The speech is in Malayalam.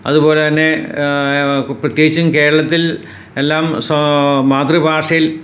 അതുപോലെ തന്നെ പ്രത്യേകിച്ചും കേരളത്തിൽ എല്ലാം മാതൃഭാഷയിൽ